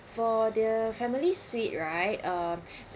for the families suite right uh